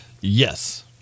Yes